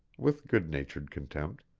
with good-natured contempt.